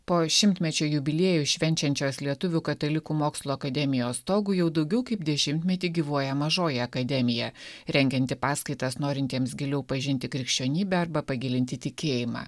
po šimtmečio jubiliejų švenčiančios lietuvių katalikų mokslo akademijos stogu jau daugiau kaip dešimtmetį gyvuoja mažoji akademija rengianti paskaitas norintiems giliau pažinti krikščionybę arba pagilinti tikėjimą